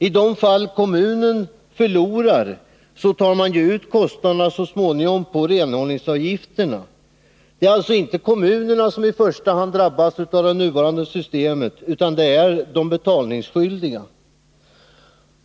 I de fall kommunen förlorar tar man ut kostnaderna så småningom via renhållningsavgifterna. Det är alltså inte kommunen som i första hand drabbas av det nuvarande systemet, utan det är de betalningsskyldiga.